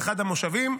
באחד המושבים,